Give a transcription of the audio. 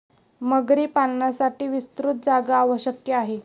मगरी पालनासाठी विस्तृत जागा आवश्यक आहे